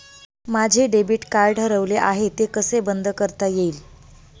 माझे debit card हरवले आहे ते कसे बंद करता येईल?